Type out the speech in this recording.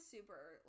super